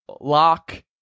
lock